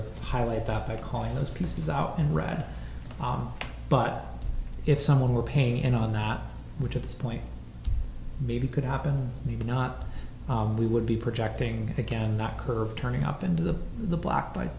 of highlight that by calling those pieces out and brad ah but if someone were painting on that which at this point maybe could happen maybe not we would be projecting again that curve turning up into the the block by